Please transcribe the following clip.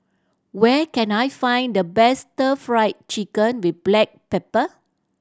where can I find the best Stir Fry Chicken with black pepper